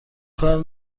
کار